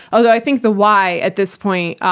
although, i think, the why, at this point,